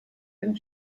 and